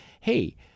hey